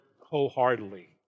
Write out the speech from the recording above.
wholeheartedly